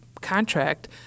contract